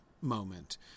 moment